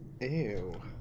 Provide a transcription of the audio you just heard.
Ew